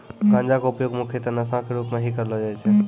गांजा के उपयोग मुख्यतः नशा के रूप में हीं करलो जाय छै